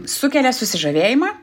sukelia susižavėjimą